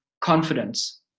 confidence